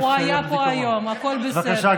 הוא היה פה היום, הכול בסדר.